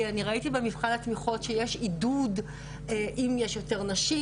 כי אני ראיתי במפעל התמיכות שיש עידוד אם יש יותר נשים,